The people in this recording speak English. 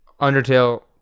Undertale